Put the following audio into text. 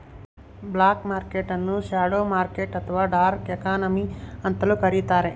block market ನ್ನು shadow market ಅಥವಾ dark economy ಅಂತಲೂ ಕರಿತಾರೆ